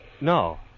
No